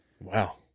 Wow